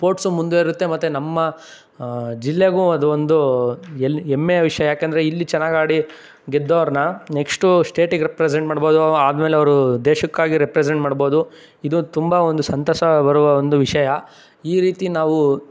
sports ಮುಂದುವರಿಯುತ್ತೆ ಮತ್ತು ನಮ್ಮ ಜಿಲ್ಲೆಗೂ ಅದು ಒಂದು ಎಲ್ ಹೆಮ್ಮೆಯ ವಿಸಯ ಯಾಕಂದರೆ ಇಲ್ಲಿ ಚೆನ್ನಾಗಿ ಆಡಿ ಗೆದ್ದೋರನ್ನ ನೆಕ್ಷ್ಟು ಸ್ಟೇಟಿಗೆ ರೆಪ್ರೆಸೆಂಟ್ ಮಾಡ್ಬೋದು ಆದ ಮೇಲೆ ಅವರು ದೇಶಕ್ಕಾಗಿ ರೆಪ್ರೆಸೆಂಟ್ ಮಾಡ್ಬೋದು ಇದು ತುಂಬ ಒಂದು ಸಂತಸ ಬರುವ ಒಂದು ವಿಷಯ ಈ ರೀತಿ ನಾವು